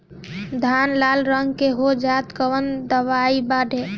धान लाल रंग के हो जाता कवन दवाई पढ़े?